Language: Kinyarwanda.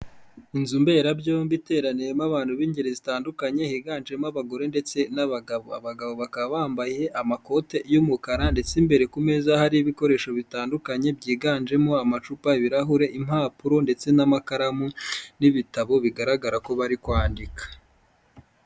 Inzu mberabyombi iteraniyemo abantu b'ingeri zitandukanye higanjemo abagore ndetse n'abagabo. Abagabo bakaba bambaye amakote y'umukara ndetse imbere ku meza hariho ibikoresho bitandukanye byiganjemo amacupa, ibirahure, impapuro, ndetse n'amakaramu n'ibitabo, bigaragara ko bari kwandika.